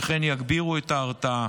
וכן יגבירו את ההרתעה.